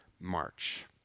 march